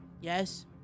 Yes